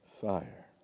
fire